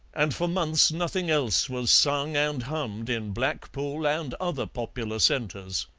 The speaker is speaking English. and for months nothing else was sung and hummed in blackpool and other popular centres.